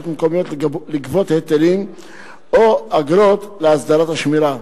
מקומיות לגבות היטלים או אגרות להסדרת השמירה.